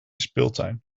speeltuin